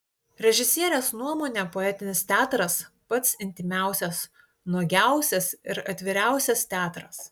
režisierės nuomone poetinis teatras pats intymiausias nuogiausias ir atviriausias teatras